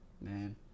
man